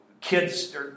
kids